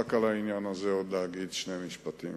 רק על העניין הזה עוד שני משפטים.